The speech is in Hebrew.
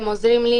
הם עוזרים לי